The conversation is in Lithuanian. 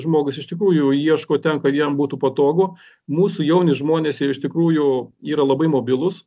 žmogus iš tikrųjų ieško ten kad jam būtų patogu mūsų jauni žmonės jie iš tikrųjų yra labai mobilūs